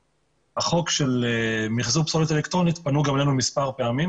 מהחוק של מיחזור פסולת אלקטרונית פנו גם אלינו מספר פעמים